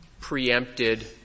preempted